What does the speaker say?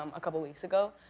um a couple weeks ago,